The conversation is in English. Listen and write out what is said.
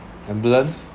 ambulance